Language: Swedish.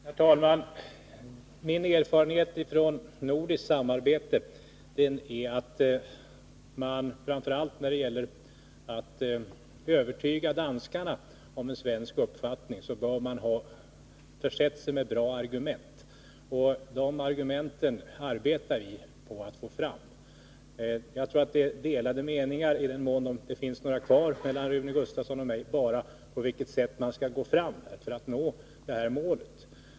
Herr talman! Min erfarenhet från nordiskt samarbete är att man, framför allt när det gäller att övertyga danskarna om en svensk uppfattning, bör ha försett sig med bra argument. De argumenten arbetar vi på att få fram. I den mån det fortfarande råder delade meningar mellan Rune Gustavsson och mig, gäller de bara på vilket sätt man skall gå fram för att nå målet.